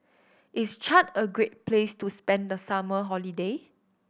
is Chad a great place to spend the summer holiday